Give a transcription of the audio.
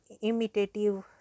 imitative